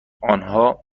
آنها